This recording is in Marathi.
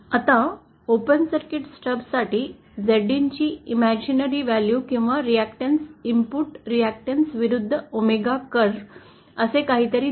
आता ओपन सर्किट स्टब साठी झेड इनची इमेजिनारी वैल्यू किंवा रीकटेंस इनपुट रीकटेंस विरुद्ध ओमेगा कर्व असे काहीतरी दिसते